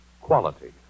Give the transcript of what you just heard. Quality